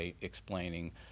explaining